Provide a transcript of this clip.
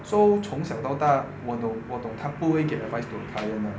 so 从小到大我懂我懂她不会给 advice to 她 client 的